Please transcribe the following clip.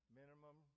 minimum